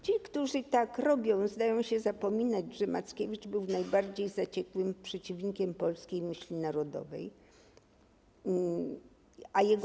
Ci, którzy tak robią, zdają się zapominać, że Mackiewicz był najbardziej zaciekłym przeciwnikiem polskiej myśli narodowej (...), a jego.